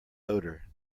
odor